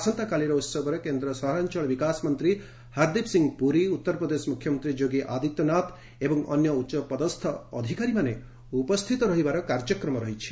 ଆସନ୍ତାକାଲିର ଉତ୍ସବରେ କେନ୍ଦ୍ର ସହରାଞ୍ଚଳ ବିକାଶ ମନ୍ତ୍ରୀ ହରଦୀପ୍ ସିଂହ ପୁରୀ ଉତ୍ତର ପ୍ରଦେଶ ମୁଖ୍ୟମନ୍ତ୍ରୀ ଯୋଗୀ ଆଦିତ୍ୟନାଥ ଏବଂ ଅନ୍ୟ ଉଚ୍ଚପଦସ୍ଥ ଅଧିକାରୀମାନେ ଉପସ୍ଥିତ ରହିବାର କାର୍ଯ୍ୟକ୍ରମ ରହିଛି